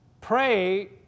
pray